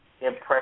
impressive